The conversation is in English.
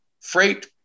freight